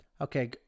Okay